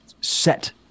set